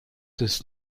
des